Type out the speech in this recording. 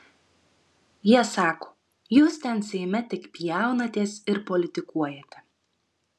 jie sako jūs ten seime tik pjaunatės ir politikuojate